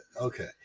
Okay